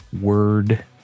word